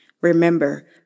Remember